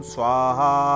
Swaha